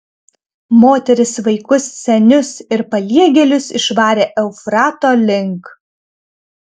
moteris vaikus senius ir paliegėlius išvarė eufrato link